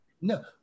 no